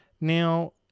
now